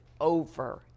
over